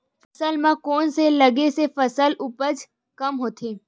फसल म कोन से लगे से फसल उपज कम होथे?